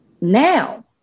now